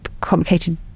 complicated